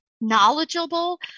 knowledgeable